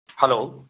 hello